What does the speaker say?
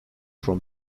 from